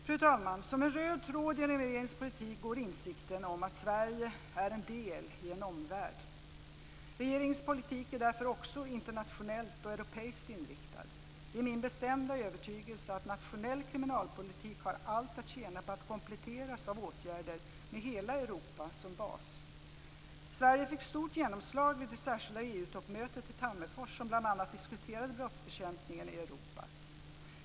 Fru talman! Som en röd tråd genom regeringens politik går insikten om att Sverige är en del i en omvärld. Regeringens politik är därför också internationellt och europeiskt inriktad. Det är min bestämda övertygelse att nationell kriminalpolitik har allt att tjäna på att kompletteras av åtgärder med hela Europa som bas. Sverige fick stort genomslag vid det särskilda EU toppmötet i Tammerfors, som bl.a. diskuterade brottsbekämpningen i Europa.